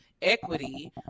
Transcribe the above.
equity